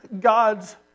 gods